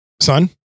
son